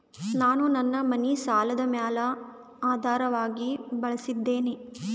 ನಾನು ನನ್ನ ಮನಿ ಸಾಲದ ಮ್ಯಾಲ ಆಧಾರವಾಗಿ ಬಳಸಿದ್ದೇನೆ